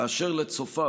אשר לצופר,